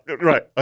Right